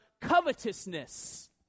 covetousness